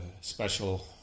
special